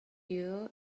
you